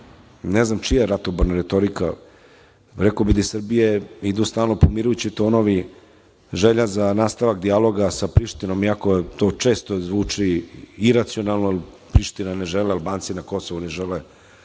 ne znam čija ratoborna retorika, rekao bih da u Srbiji idu stalno umirujući tonovi, želja za nastavak dijaloga sa Prištinom, iako to često zvuči iracionalno, Priština ne želi, Albanci na Kosovu ne žele,